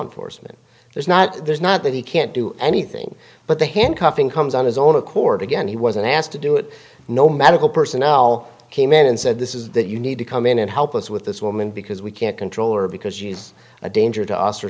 enforcement there's not there's not that he can't do anything but the handcuffing comes on his own accord again he wasn't asked to do it no medical personnel came in and said this is that you need to come in and help us with this woman because we can't control her because she's a danger to us or